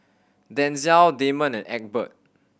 Denzell Damon and Egbert